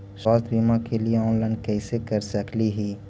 स्वास्थ्य बीमा के लिए ऑनलाइन कैसे कर सकली ही?